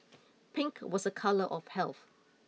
pink was a colour of health